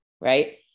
Right